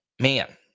Man